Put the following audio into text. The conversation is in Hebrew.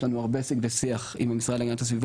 יש לנו הרבה שיג ושיח עם המשרד להגנת הסביבה